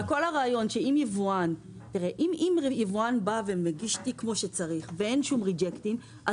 אם יבואן מגיש לי כמו שצריך ואין שום ריג'קטים,